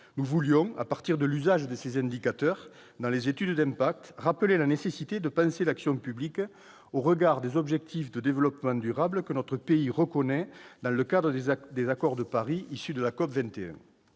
Nous voulions, à partir de l'usage de ces indicateurs dans les études d'impact, rappeler la nécessité de penser l'action publique au regard des objectifs de développement durable que notre pays reconnaît dans le cadre des accords de Paris issus de la COP 21.